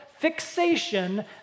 fixation